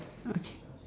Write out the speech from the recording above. okay